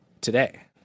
today